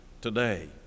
today